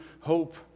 hope